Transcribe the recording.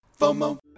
FOMO